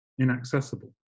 inaccessible